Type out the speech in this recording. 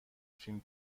فیلم